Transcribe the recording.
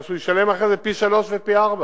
מה שהוא ישלם אחרי זה, פי-שלושה ופי-ארבעה.